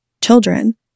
children